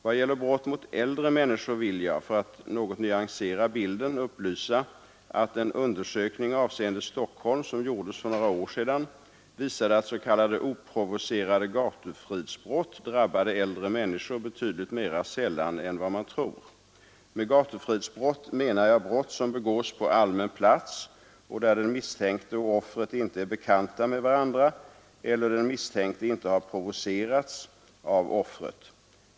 Vad gäller brott mot äldre människor vill jag — för att något nyansera bilden upplysa att en undersökning avseende Stockholm som gjordes för några år sedan visade att s.k. oprovocerade gatufridsbrott drabbade äldre människor betydligt mera sällan än vad man tror. Med gatufridsbrott menar jag brott som begås på allmän plats och där den misstänkte och offret inte är bekanta med varandra eller den misstänkte inte har provocerats av offret.